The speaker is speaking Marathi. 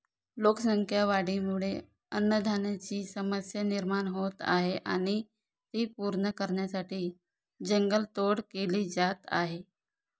लोकसंख्या वाढीमुळे अन्नधान्याची समस्या निर्माण होत आहे आणि ती पूर्ण करण्यासाठी जंगल तोड केली जात आहे